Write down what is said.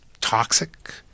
toxic